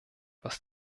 was